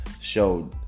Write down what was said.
showed